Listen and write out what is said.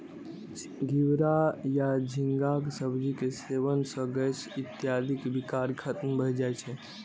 घिवरा या झींगाक सब्जी के सेवन सं गैस इत्यादिक विकार खत्म भए जाए छै